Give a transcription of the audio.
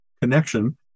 connection